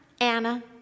Anna